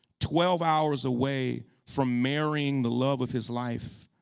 twelve hours away from marrying the love of his life.